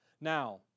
Now